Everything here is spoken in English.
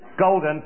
golden